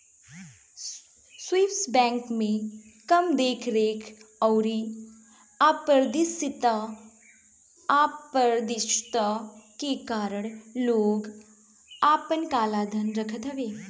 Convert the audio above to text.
Swiss bank में कम देख रेख अउरी अपारदर्शिता के कारण लोग आपन काला धन रखत हवे